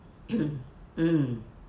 mm